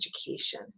education